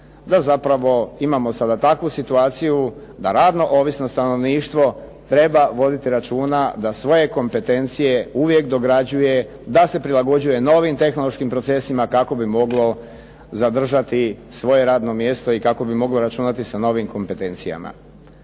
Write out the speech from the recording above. da zapravo imamo sada takvu situaciju da radno ovisno stanovništvo treba voditi računa da svoje kompetencije uvijek dograđuje, da se prilagođuje novim tehnološkim procesima kako bi moglo zadržati svoje radno mjesto i kako bi moglo računati sa novim kompetencijama.